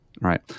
Right